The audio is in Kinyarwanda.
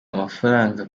amafaranga